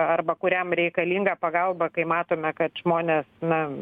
arba kuriam reikalinga pagalba kai matome kad žmonės na